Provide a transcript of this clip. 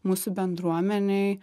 mūsų bendruomenėj